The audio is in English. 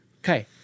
okay